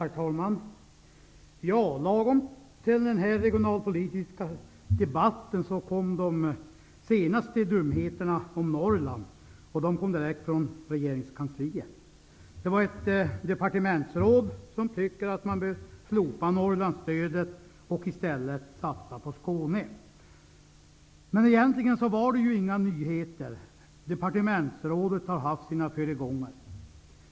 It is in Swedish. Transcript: Herr talman! Lagom till den regionalpolitiska debatten kommer de senaste dumheterna om Norrland direkt från regeringskansliet. Ett departementsråd tycker att man skall slopa Norrlandsstödet och i stället satsa på Skåne. Egentligen var det inte någon nyhet. Departementsrådet har haft sina föregångare.